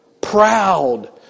proud